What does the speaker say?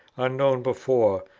unknown before,